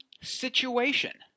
situation